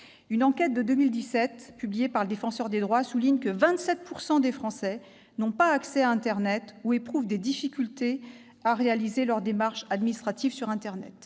Une enquête de 2017 publiée par le Défenseur des droits souligne que 27 % des Français n'ont pas accès à internet ou éprouvent des difficultés à réaliser leurs démarches administratives sur internet.